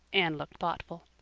anne looked thoughtful.